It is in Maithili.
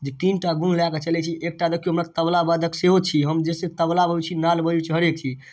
जे तीन टा गुण लए कऽ चलै छी एकटा देखियौ हमरा तबलावादक सेहो छी हम जे छै तबला बजबै छी नाल बजबै छी हरेक चीज